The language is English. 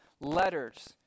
letters